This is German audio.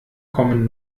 kommen